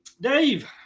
Dave